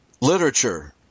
literature